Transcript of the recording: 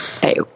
Hey